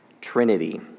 Trinity